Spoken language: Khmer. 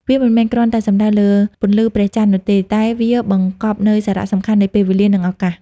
វាមិនមែនគ្រាន់តែសំដៅលើពន្លឺព្រះចន្ទនោះទេ តែវាបង្កប់នូវសារៈសំខាន់នៃពេលវេលា និងឱកាស។